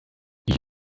ich